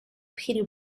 pete